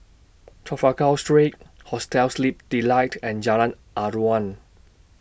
Trafalgar Street Hostel Sleep Delight and Jalan Aruan